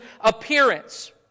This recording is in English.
appearance